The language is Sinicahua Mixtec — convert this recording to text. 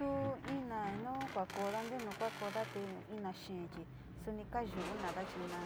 Su ina nu kuonkoodo, ntenu kuankooda te ina xee chi suni kayunoda chi na